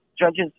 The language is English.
judges